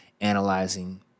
Analyzing